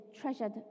treasured